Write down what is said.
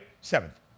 Seventh